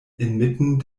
inmitten